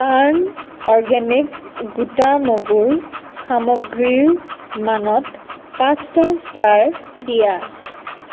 টাৰ্ণ organic গোটা মগুৰ সামগ্ৰীৰ মানত পাঁচটা ষ্টাৰ দিয়া